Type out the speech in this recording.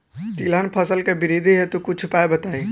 तिलहन फसल के वृद्धि हेतु कुछ उपाय बताई?